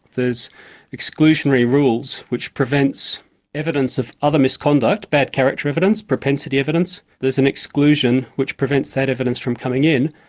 there's exclusionary rules, which prevents evidence of other misconduct bad character evidence, propensity evidence there's an exclusion which prevents that evidence from coming in,